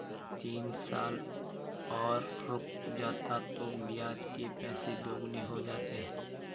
तीन साल और रुक जाता तो ब्याज के पैसे दोगुने हो जाते